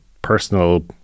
Personal